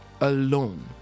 Alone